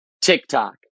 TikTok